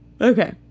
okay